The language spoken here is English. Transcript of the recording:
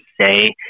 say